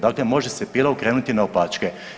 Dakle, može se pila okrenuti naopačke.